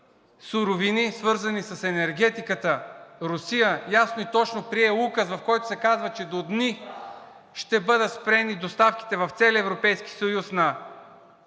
суровини, свързани с енергетиката – Русия, ясно и точно прие указ, в който се казва, че до дни ще бъдат спрени доставките в целия Европейски съюз на